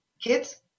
Kids